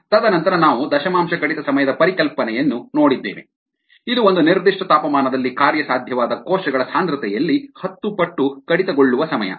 303kdxv0xv ತದನಂತರ ನಾವು ದಶಮಾಂಶ ಕಡಿತ ಸಮಯದ ಪರಿಕಲ್ಪನೆಯನ್ನು ನೋಡಿದ್ದೇವೆ ಇದು ಒಂದು ನಿರ್ದಿಷ್ಟ ತಾಪಮಾನದಲ್ಲಿ ಕಾರ್ಯಸಾಧ್ಯವಾದ ಕೋಶಗಳ ಸಾಂದ್ರತೆಯಲ್ಲಿ ಹತ್ತು ಪಟ್ಟು ಕಡಿತಗೊಳ್ಳುವ ಸಮಯ